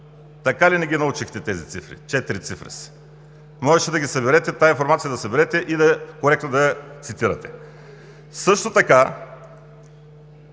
Така и не ги научихте тези цифри – четири цифри са. Можеше да съберете тази информация и коректно да я цитирате. Също така